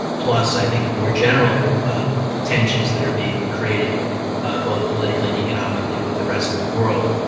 plus i think more general tensions that are being created both politically and economically with the rest of the world.